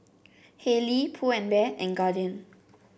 Haylee Pull and Bear and Guardian